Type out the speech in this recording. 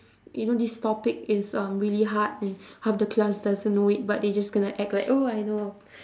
you know this topic is um really hard and half the class doesn't know it but they're just going to act like oh I know